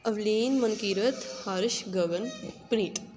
Avleen Mankirat Harsh Gagan Preet